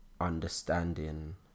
understanding